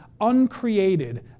uncreated